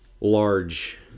large